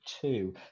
two